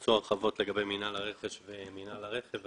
תרצו הרחבות לגבי מינהל הרכש ומינהל הרכב,